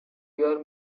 pure